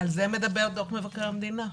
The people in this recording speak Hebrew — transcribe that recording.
על זה מדבר דוח מבקר המדינה.